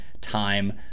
time